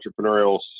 entrepreneurial